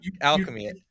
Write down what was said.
alchemy